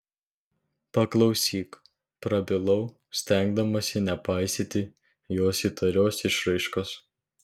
paklausyk prabilau stengdamasi nepaisyti jos įtarios išraiškos